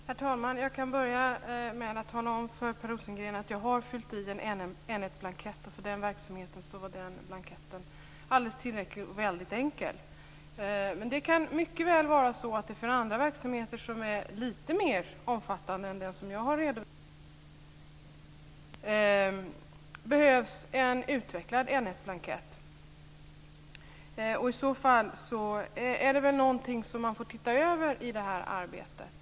Herr talman! Jag kan börja med att tala om för Per Rosengren att jag har fyllt i en N1-blankett. För den verksamheten var den blanketten alldeles tillräcklig och väldigt enkel. Men det kan mycket väl vara så att det för andra verksamheter som är lite mer omfattande än den som jag har redovisat på min blankett behövs en utvecklad N1-blankett. I så fall är det väl någonting som man får titta över i det här arbetet.